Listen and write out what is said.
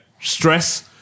stress